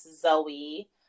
Zoe